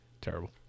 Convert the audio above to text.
Terrible